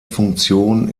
funktion